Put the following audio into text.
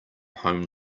home